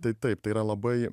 tai taip tai yra labai